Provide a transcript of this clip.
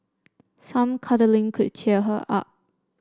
some cuddling could cheer her up